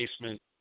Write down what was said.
basement